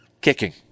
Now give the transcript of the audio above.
Kicking